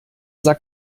sah